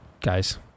guys